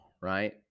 right